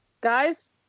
guys